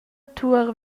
tuor